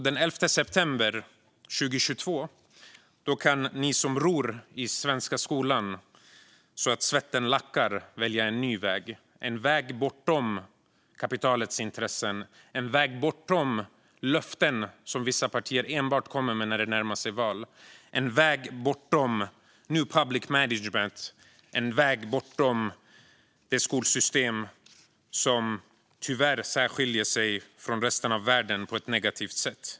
Den 11 september 2022 kan ni som ror i svenska skolan så att svetten lackar välja en ny väg, en väg bortom kapitalets intressen, en väg bortom löften som vissa partier enbart kommer med när det närmar sig val. Det är en väg bortom new public management, en väg bortom det skolsystem som tyvärr särskiljer sig från dem i resten av världen på ett negativt sätt.